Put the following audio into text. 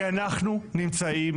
זאת משום שאנחנו נמצאים